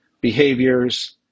behaviors